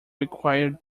require